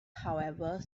however